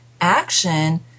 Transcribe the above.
action